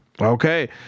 Okay